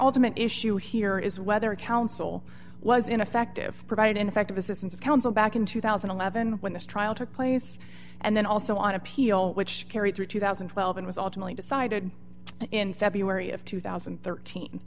ultimate issue here is whether counsel was ineffective provide an effective assistance of counsel back in two thousand and eleven when this trial took place and then also on appeal which carry through two thousand and twelve and was ultimately decided in february of two thousand and thirteen